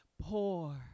poor